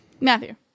Matthew